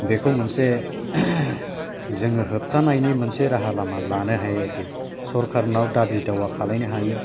बेखौ मोनसे जोंङो हाबथानायनि मोनसे राहा लामा लानो हायो आरोखि सरखारनाव दाबि दावा खालायनो हायो